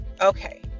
okay